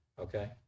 okay